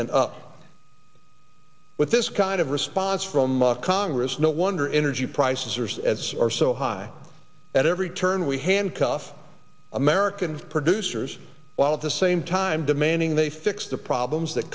and up with this kind of response from of congress no wonder energy prices are sets are so high at every turn we handcuff american producers while at the same time demanding they fix the problems that